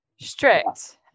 strict